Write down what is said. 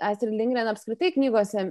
astrid lindgren apskritai knygose